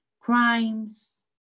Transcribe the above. Crimes